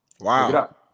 Wow